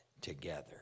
together